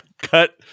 Cut